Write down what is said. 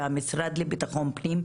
והמשרד לביטחון פנים,